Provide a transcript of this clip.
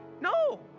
No